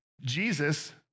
Jesus